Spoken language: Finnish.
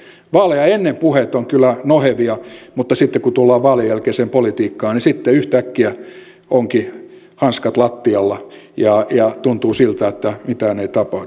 vaaleja ennen puheet ovat kyllä nohevia mutta sitten kun tullaan vaalien jälkeiseen politiikkaan niin yhtäkkiä onkin hanskat lattialla ja tuntuu siltä että mitään ei tapahdu